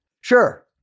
sure